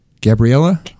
Gabriella